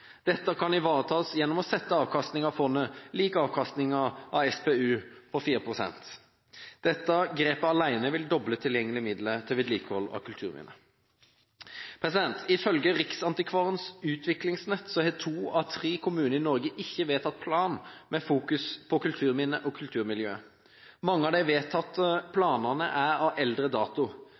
Dette kan ivaretas gjennom å sette avkastningen av fondet lik avkastningen av SPU på 4 pst. Dette grepet vil alene doble tilgjengelige midler til vedlikehold av kulturminner. Ifølge Riksantikvarens Utviklingsnett har to av tre kommuner i Norge ikke vedtatt plan med fokus på kulturminner og kulturmiljøer. Mange av de vedtatte planene er av eldre dato.